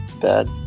bad